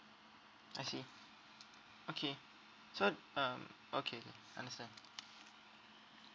I see okay so um okay understand